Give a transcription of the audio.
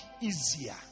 easier